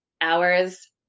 hours